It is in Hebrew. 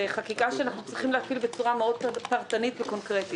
זה חקיקה שאנחנו צריכים להפעיל בצורה מאוד פרטנית וקונקרטית.